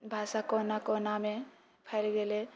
भाषा कोना कोनामे फैल गेले